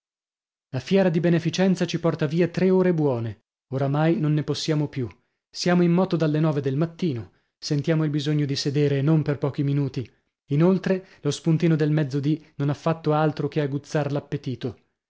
la fiera di beneficenza ci porta via tre ore buone oramai non ne possiamo più siamo in moto dalle nove del mattino sentiamo il bisogno di sedere e non per pochi minuti inoltre lo spuntino del mezzodì non ha fatto altro che aguzzar